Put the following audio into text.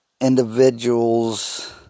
individuals